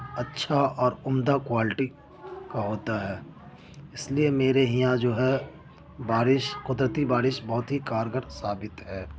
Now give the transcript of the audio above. اچّھا اور عمدہ کوالٹی کا ہوتا ہے اس لیے میرے یہاں جو ہے بارش قدرتی بارش بہت ہی کارگر ثابت ہے